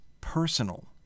personal